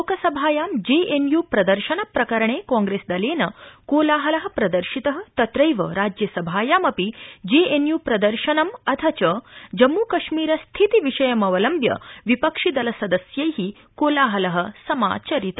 लोकसभाया जेएनयू छात्र प्रदर्शन प्रकरणे कांप्रेसदलेन कोलाहल प्रदर्शित तत्रैव राज्यसभायामपि जेएनयू प्रदर्शनं अथ च जम्मूकश्मीर स्थिति विषयमवलम्ब्य विपक्षिदलसदस्यै कोलाहल समाचरित